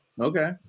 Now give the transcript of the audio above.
Okay